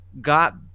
got